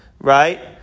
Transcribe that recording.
right